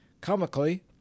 Comically